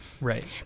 right